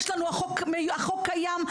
החוק קיים,